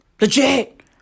Legit